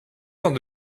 van